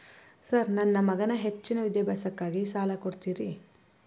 Sir ನನ್ನ ಮಗನ ಹೆಚ್ಚಿನ ವಿದ್ಯಾಭ್ಯಾಸಕ್ಕಾಗಿ ಸಾಲ ಕೊಡ್ತಿರಿ?